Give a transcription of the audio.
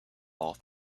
all